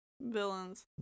villains